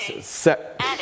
set